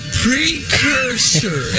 precursor